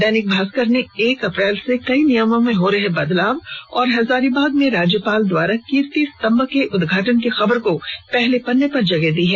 दैनिक भास्कर ने एक अप्रैल से कई नियमों में हो रहे बदलाव और हजारीबाग में राज्यपाल द्वारा कीर्ति स्तंभ के उदघाटन की खबर को पहले पन्ने पर जगह दी है